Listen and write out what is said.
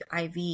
IV